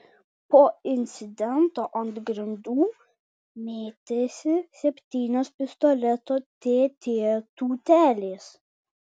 po incidento ant grindų mėtėsi septynios pistoleto tt tūtelės